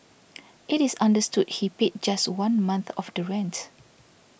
it is understood he paid just one month of the rents